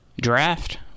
draft